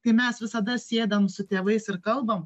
kai mes visada sėdam su tėvais ir kalbam